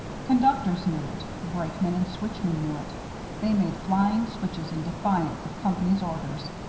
conductors knew it, brakemen and switchmen knew it they made flying switches in defiance of companies' orders,